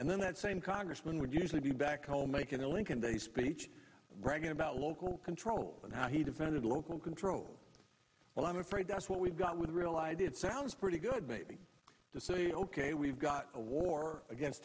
and then that same congressman would usually be back home making a lincoln day speech bragging about local control and how he defended local control but i'm afraid that's what we've got with real i d it sounds pretty good maybe to say ok we've got a war against